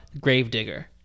Gravedigger